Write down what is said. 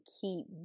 keep